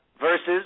versus